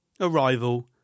Arrival